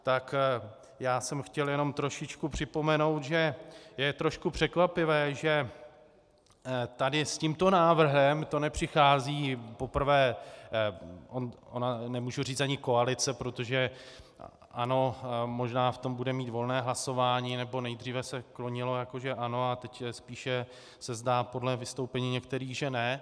Tak já jsem chtěl jenom trošičku připomenout, že je trošku překvapivé, že tady s tímto návrhem nepřichází poprvé nemůžu říct ani koalice, protože ANO možná v tom bude mít volné hlasování, nebo nejdříve se klonilo jako že ano, a teď se spíš zdá podle vystoupení některých že ne.